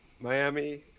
Miami